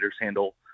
handle